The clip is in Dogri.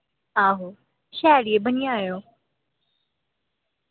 आहो शैल बनियै आयो